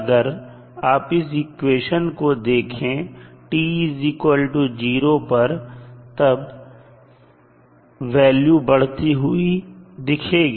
अगर आप इस इक्वेशन को देखें t0 पर तब वैल्यू बढ़ती हुई दिखेगी